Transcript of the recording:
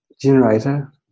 generator